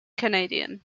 canadian